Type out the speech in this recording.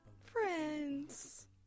Friends